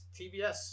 TBS